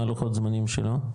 מה לוחות זמנים שלו?